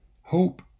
hope